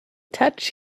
touch